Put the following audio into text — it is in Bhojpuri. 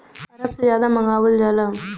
अरब से जादा मंगावल जाला